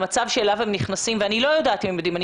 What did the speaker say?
למצב אליו הם נכנסים ואני לא יודעת אם הם יודעים - ני